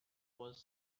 was